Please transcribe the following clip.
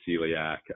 celiac